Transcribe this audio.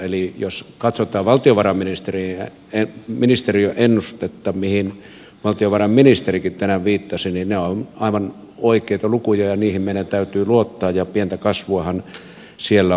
eli jos katsotaan valtiovarainministeriön ennustetta mihin valtiovarainministerikin tänään viittasi ne ovat aivan oikeita lukuja ja niihin meidän täytyy luottaa ja pientä kasvuahan siellä on tulossa